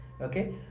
Okay